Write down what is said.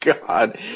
God